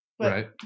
right